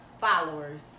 followers